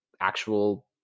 actual